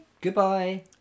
Goodbye